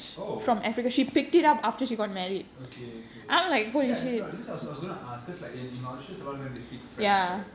oh okay okay ya no because I was I was gonna ask cause like in mauritius a lot of them they speak french right